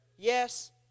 Yes